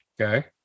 Okay